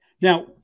Now